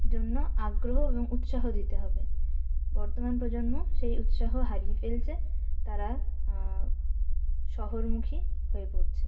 জন্য আগ্রহ এবং উৎসাহ দিতে হবে বর্তমান প্রজন্ম সেই উৎসাহ হারিয়ে ফেলছে তারা শহরমুখী হয়ে পড়ছে